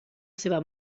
seva